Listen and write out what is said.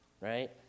right